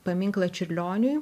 paminklą čiurlioniui